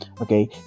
okay